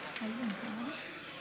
בבקשה, גברתי השרה.